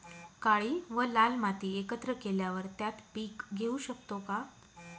काळी व लाल माती एकत्र केल्यावर त्यात पीक घेऊ शकतो का?